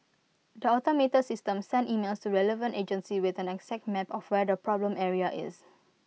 the automated system sends emails relevant agencies with an exact map of where the problem area is